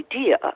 idea